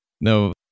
no